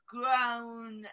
grown